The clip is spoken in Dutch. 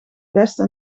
beste